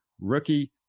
rookie